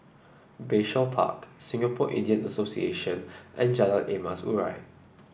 Bayshore Park Singapore Indian Association and Jalan Emas Urai